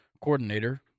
coordinator